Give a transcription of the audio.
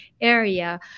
area